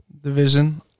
division